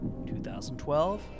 2012